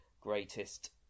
greatest